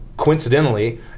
Coincidentally